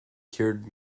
cured